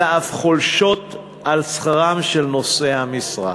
אלא אף חולשות על שכרם של נושאי המשרה.